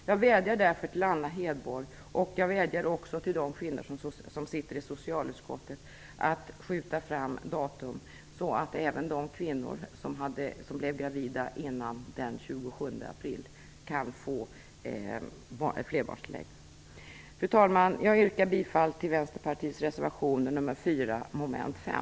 Jag vädjar därför till Anna Hedborg och till de kvinnor som sitter i socialutskottet att skjuta fram datumet så att även de kvinnor som blivit gravida före den 27 april kan få flerbarnstillägg. Fru talman! Jag yrkar bifall till Vänsterpartiets reservation nr 4, mom. 5.